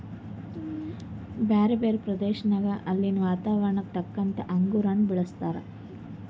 ಬ್ಯಾರೆ ಬ್ಯಾರೆ ಪ್ರದೇಶದಾಗ ಅಲ್ಲಿನ್ ವಾತಾವರಣಕ್ಕ ತಕ್ಕಂಗ್ ಅಂಗುರ್ ಹಣ್ಣ್ ಬೆಳೀತಾರ್